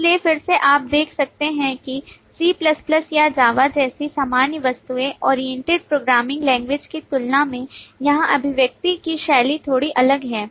इसलिए फिर से आप देख सकते हैं कि C या JAVA जैसी सामान्य वस्तु ओरिएंटेड प्रोग्रामिंग लैंग्वेज की तुलना में यहाँ अभिव्यक्ति की शैली थोड़ी अलग है